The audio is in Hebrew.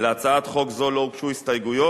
להצעת חוק זו לא הוגשו הסתייגויות,